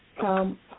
come